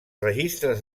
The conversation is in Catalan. registres